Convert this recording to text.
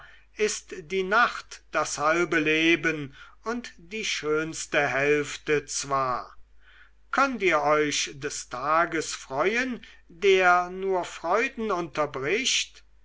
ist die nacht das halbe leben und die schönste hälfte zwar könnt ihr euch des tages freuen der nur freuden unterbricht